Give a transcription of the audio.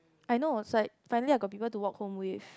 I know it's like finally I got people to walk home with